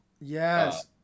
Yes